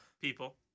People